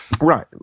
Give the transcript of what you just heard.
Right